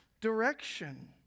direction